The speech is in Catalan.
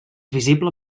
visible